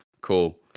cool